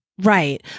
Right